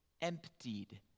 emptied